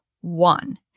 one